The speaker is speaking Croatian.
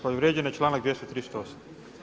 Povrijeđen je članak 238.